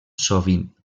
sovint